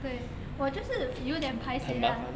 对我就是有点 paiseh lah